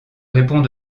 réponds